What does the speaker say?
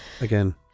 Again